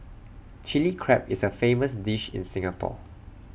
Chilli Crab is A famous dish in Singapore